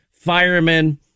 firemen